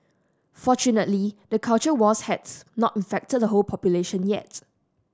fortunately the culture wars has not infected the whole population yet